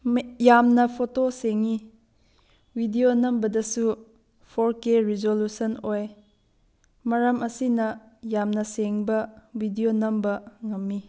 ꯌꯥꯝꯅ ꯐꯣꯇꯣ ꯁꯦꯡꯉꯤ ꯚꯤꯗꯤꯑꯣ ꯅꯝꯕꯗꯁꯨ ꯐꯣꯔ ꯀꯦ ꯔꯤꯖꯣꯂꯨꯁꯟ ꯑꯣꯏ ꯃꯔꯝ ꯑꯁꯤꯅ ꯌꯥꯝꯅ ꯁꯦꯡꯕ ꯚꯤꯗꯤꯑꯣ ꯅꯝꯕ ꯉꯝꯃꯤ